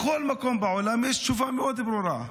בכל מקום בעולם יש תשובה מאוד ברורה,